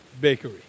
bakery